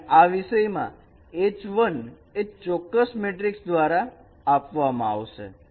અને આ વિષય માં H 1 એક ચોક્કસ મેટ્રિકસ દ્વારા આપવામાં આવશે